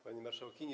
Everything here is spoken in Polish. Pani Marszałkini!